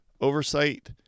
oversight